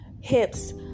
hips